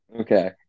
Okay